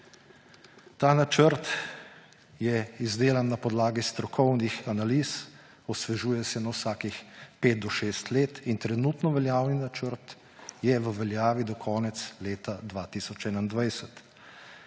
Ta načrt je izdelan na podlagi strokovnih analiz, osvežuje se na vsakih pet do šest let. In trenutno veljavni načrt je v veljavi do konca leta 2021.